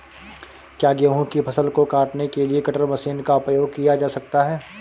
क्या गेहूँ की फसल को काटने के लिए कटर मशीन का उपयोग किया जा सकता है?